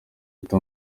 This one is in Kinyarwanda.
ufite